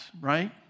right